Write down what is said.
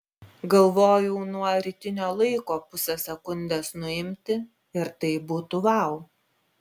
galvojau nuo rytinio laiko pusę sekundės nuimti ir tai būtų vau